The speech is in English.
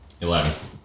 Eleven